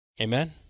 Amen